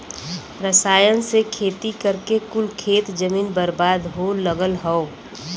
रसायन से खेती करके कुल खेत जमीन बर्बाद हो लगल हौ